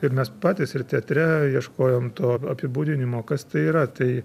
ir mes patys ir teatre ieškojom to apibūdinimo kas tai yra tai